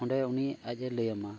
ᱚᱸᱰᱮ ᱩᱱᱤ ᱟᱡ ᱮ ᱞᱟᱹᱭᱟᱢᱟ